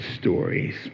stories